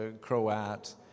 Croat